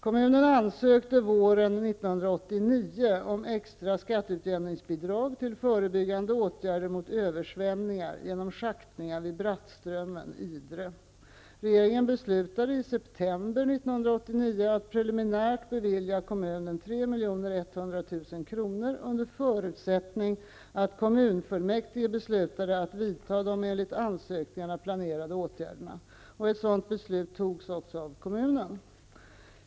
Kommunen ansökte våren 1989 om extra skatteutjämningsbidrag till förebyggande åtgärder mot översvämningar genom schaktningar vid 3 100 000 kr. under förutsättning att kommunfullmäktige beslutade att vidta de enligt ansökningen planerade åtgärderna. Ett sådant beslut fattades också av kommunen.